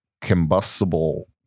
combustible